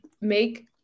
make